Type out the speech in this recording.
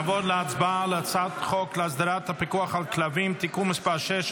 נעבור להצבעה על הצעת חוק להסדרת הפיקוח על כלבים (תיקון מס' 6,